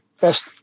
best